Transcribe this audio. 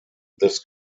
this